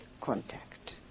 contact